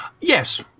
yes